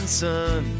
sun